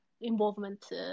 involvement